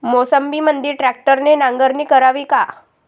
मोसंबीमंदी ट्रॅक्टरने नांगरणी करावी का?